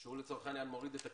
שהוא לצורך העניין מוריד את הכיפה.